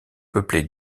peuplés